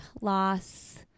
loss